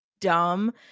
dumb